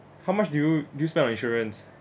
how much do you do you spend on insurance